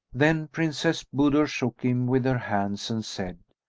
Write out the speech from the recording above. then princess budur shook him with her hands and said,